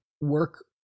work